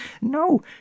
No